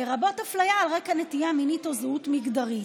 לרבות אפליה על רקע נטייה מינית או זהות מגדרית,